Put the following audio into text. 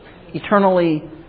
eternally